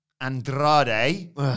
Andrade